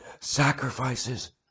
sacrifices